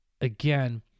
again